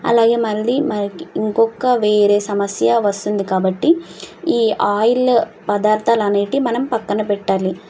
అలాగే మళ్ళీ ఇంకొక వేరే సమస్య వస్తుంది కాబట్టి ఈ ఆయిల్ పదార్థాలు అనేవి మనం పక్కన పెట్టాలి